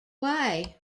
way